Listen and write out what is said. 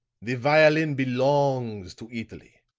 the violin belongs to italy.